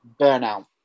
burnout